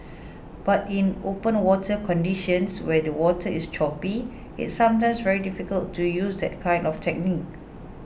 but in open water conditions where the water is choppy it's sometimes very difficult to use that kind of technique